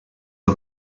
the